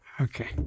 Okay